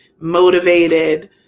motivated